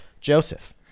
Joseph